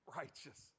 righteous